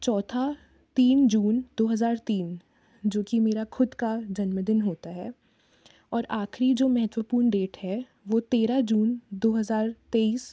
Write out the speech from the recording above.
चौथा तीन जून दो हज़ार तीन जो कि मेरा ख़ुद का जन्मदिन होता है और आख़िरी जो महत्वपूर्ण डेट है वह तेरह जून दो हज़ार तेईस